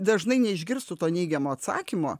dažnai neišgirstų to neigiamo atsakymo